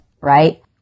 right